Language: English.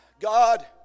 God